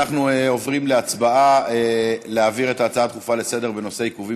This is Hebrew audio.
אנחנו עוברים להצבעה להעביר את ההצעה הדחופה לסדר-היום בנושא: עיכובים